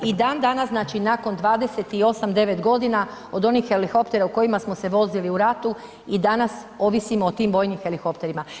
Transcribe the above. I dandanas znači nakon 28, 29 godina od onih helikoptera o kojima smo se vozili u ratu, i danas ovisimo o tim vojnim helikopterima.